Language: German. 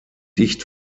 dicht